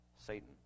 Satan